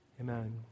Amen